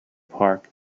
park